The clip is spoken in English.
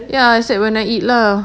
ya except when I eat lah